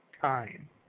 time